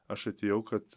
aš atėjau kad